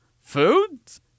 Foods